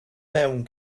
mewn